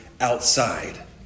outside